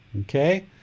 Okay